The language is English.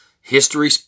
History